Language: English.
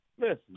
Listen